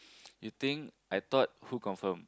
you think I thought who confirm